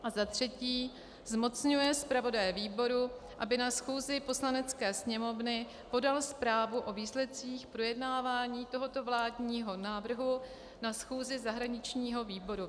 III. zmocňuje zpravodaje výboru, aby na schůzi Poslanecké sněmovny podal zprávu o výsledcích projednávání tohoto vládního návrhu na schůzi zahraničního výboru.